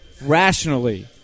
rationally